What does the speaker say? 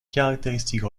caractéristiques